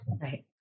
Right